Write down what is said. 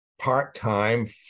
part-time